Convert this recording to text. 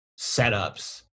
setups